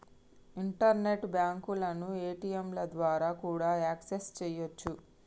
internet బ్యాంకులను ఏ.టీ.యంల ద్వారా కూడా యాక్సెస్ చెయ్యొచ్చు